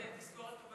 זו באמת תזכורת טובה,